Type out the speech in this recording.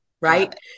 right